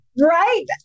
right